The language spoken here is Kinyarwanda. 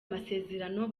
masezerano